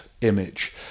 image